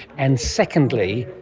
and secondly,